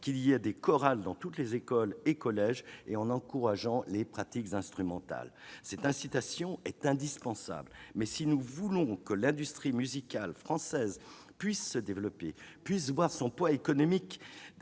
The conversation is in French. qu'il y ait des chorales dans toutes les écoles et tous les collèges et en encourageant les pratiques instrumentales. Cette incitation est indispensable, mais si nous voulons que l'industrie musicale française puisse se développer et son poids économique,